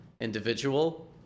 individual